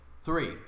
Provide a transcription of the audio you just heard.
Three